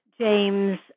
James